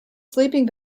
sleeping